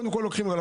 אגב,